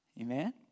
Amen